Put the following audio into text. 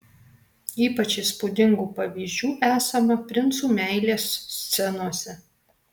ypač įspūdingų pavyzdžių esama princų meilės scenose